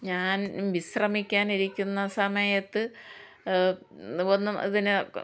ഞാൻ വിശ്രമിക്കാനിരിക്കുന്ന സമയത്ത് ഒന്നും അതിന്